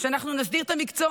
כי אם אנחנו נסדיר את המקצוע,